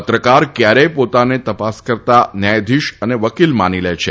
પત્રકાર કયારેક પોતાને તપાસકર્તા ન્યાયાધીશ અને વકીલ માની લે છે